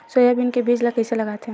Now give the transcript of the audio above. Soybean के बीज ल कइसे लगाथे?